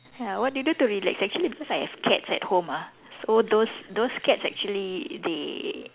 ya what do you do to relax actually because I have cats at home ah so those those cats actually they